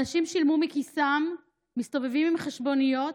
אנשים שילמו מכיסם, הם מסתובבים עם חשבוניות,